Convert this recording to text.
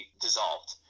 dissolved